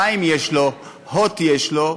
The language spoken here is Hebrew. מים יש לו, "הוט" יש לו,